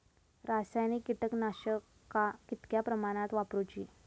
रासायनिक कीटकनाशका कितक्या प्रमाणात वापरूची?